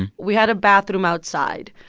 we had a bathroom outside.